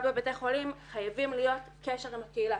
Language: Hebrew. בבתי החולים חייב להיות קשר עם הקהילות.